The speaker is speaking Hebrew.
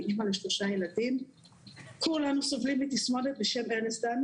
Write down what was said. אני אמא לשלושה ילדים-כולם סובלים מתסמונת בשם ---,